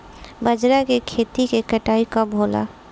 बजरा के खेती के कटाई कब होला?